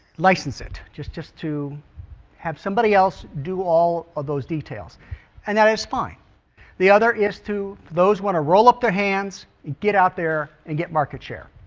license it just just to have somebody else do all of those details and that is fine the other is to those want to roll up their hands and get out there and get market share